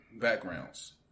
backgrounds